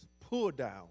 pull-down